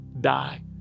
die